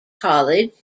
college